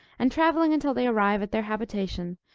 and travelling until they arrive at their habitation,